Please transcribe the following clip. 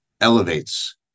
elevates